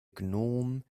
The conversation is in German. gnom